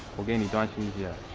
ok and you guys and yeah